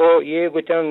o jeigu ten